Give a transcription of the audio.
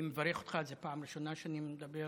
אני מברך אותך, זו פעם ראשונה שאני מדבר